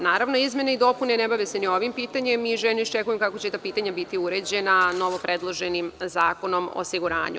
Naravno, izmene i dopune ne bave se ni ovim pitanjem i mi željno iščekujemo kako će ta pitanja biti uređena novopredloženim Zakonom o osiguranju.